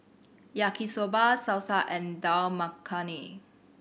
Yaki Soba Salsa and Dal Makhani